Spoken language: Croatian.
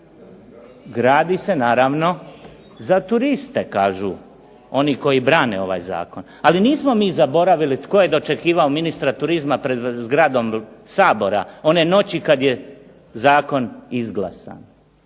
Gradi se naravno za turiste kažu oni koji brane ovaj zakon, ali nismo mi zaboravili tko je dočekivao ministra turizma pred zgradom Sabora one noći kad je zakon izglasan.